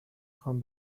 خوام